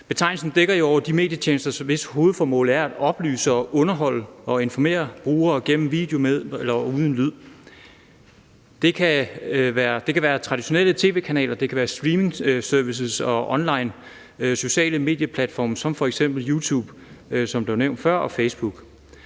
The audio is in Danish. Betegnelsen dækker over de medietjenester, hvis hovedformål er at oplyse og underholde og informere brugere gennem billede og lyd. Det kan være traditionelle tv-kanaler, det kan være streaming-services og online sociale medieplatforme som f.eks. YouTube, som